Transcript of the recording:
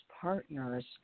partners